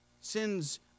Sin's